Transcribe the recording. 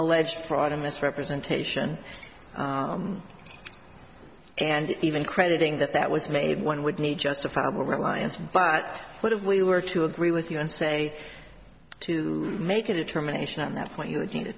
alleged fraud a misrepresentation and even crediting that that was made one would need justifiable reliance but what if we were to agree with you and say to make a determination on that point you